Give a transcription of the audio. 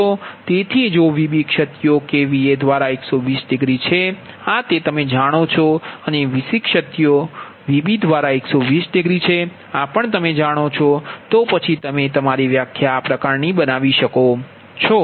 તેથી જો Vb ક્ષતિઓ એ Va દ્વારા 120 છે આ તમે જાણો છો અને Vc ક્ષતિઓ Vb દ્વારા 120છે આ પણ તમે જાણો છો તો પછી તમે તમારી વ્યાખ્યા આ પ્રકારની બનાવી શકો છો